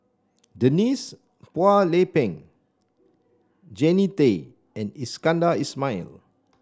Denise Phua Lay Peng Jannie Tay and Iskandar Ismail